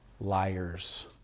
liars